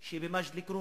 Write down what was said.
שבמג'ד-אל-כרום